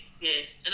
yes